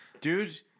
Dude